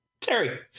Terry